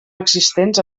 existents